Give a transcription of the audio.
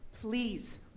please